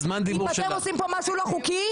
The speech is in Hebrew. אם אתם עושים פה משהו לא חוקי,